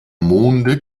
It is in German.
monde